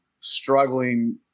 struggling